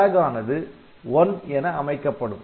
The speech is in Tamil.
Flag ஆனது '1' என அமைக்கப்படும்